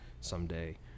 someday